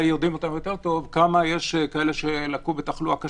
יודעים יותר טוב כמה כאלה לקו בתחלואה קשה.